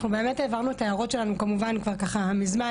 אנחנו העברנו את ההערות שלנו כמובן כבר מזמן,